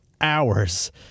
hours